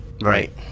right